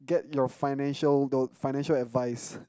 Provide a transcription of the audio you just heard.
get you financial financial advice